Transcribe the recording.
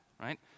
right